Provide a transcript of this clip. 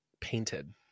painted